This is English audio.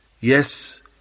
Yes